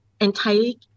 entirely